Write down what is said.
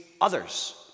others